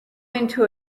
into